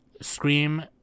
scream